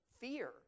Fear